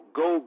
go